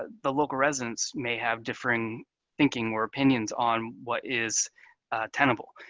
ah the local residents may have different thinking or opinions on what is tenable.